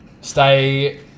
Stay